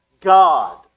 God